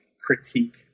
critique